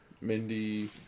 Mindy